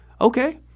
Okay